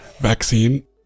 vaccine